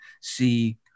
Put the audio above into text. see